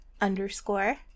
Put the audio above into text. underscore